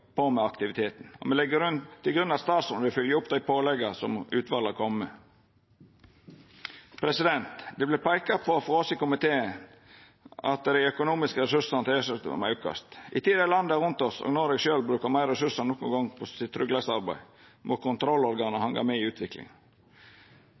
med aktivitet. Me legg til grunn at statsråden vil følgja opp dei pålegga som utvalet har kome med. Det vert peika på frå oss i komiteen at dei økonomiske ressursane til EOS-utvalet må aukast. I ei tid der landa rundt oss – og Noreg sjølv – bruker meir ressursar enn nokon gong på tryggleiksarbeid, må